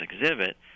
exhibit